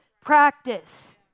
practice